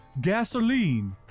gasoline